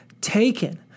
taken